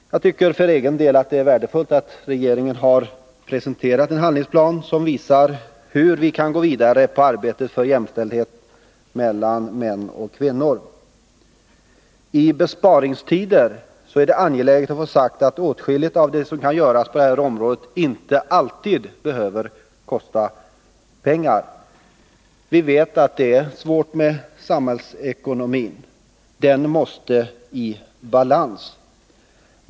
Här tycker jag för egen del att det är värdefullt att regeringen har presenterat den här handlingsplanen, som visar hur vi kan gå vidare i arbetet för jämställdhet mellan män och kvinnor. I besparingstider är det angeläget att få sagt att åtskilligt av det som kan göras på detta område inte alltid behöver kosta pengar. Vi vet att det är svårt med samhällsekonomin — den måste komma i balans.